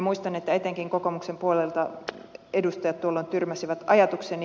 muistan että etenkin kokoomuksen puolelta edustajat tuolloin tyrmäsivät ajatukseni